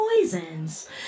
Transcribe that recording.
poisons